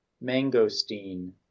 Mangosteen